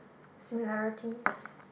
similarities